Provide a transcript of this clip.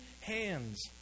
hands